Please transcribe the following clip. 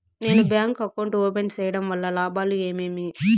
నేను bank account open సేయడం వల్ల లాభాలు ఏమేమి?